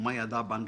על מה ידע בנק